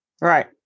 right